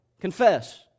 confess